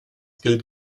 gilt